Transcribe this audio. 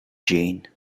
jane